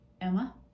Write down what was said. Emma